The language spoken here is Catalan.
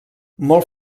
molt